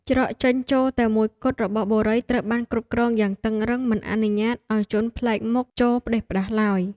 ច្រកចេញចូលតែមួយគត់របស់បុរីត្រូវបានគ្រប់គ្រងយ៉ាងតឹងរ៉ឹងមិនអនុញ្ញាតឱ្យជនប្លែកមុខចូលផ្តេសផ្តាសឡើយ។